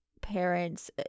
parents